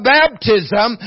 baptism